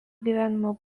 gyvenimo